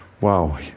Wow